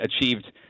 achieved